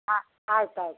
ಹಾಂ ಆಯ್ತು ಆಯಿತು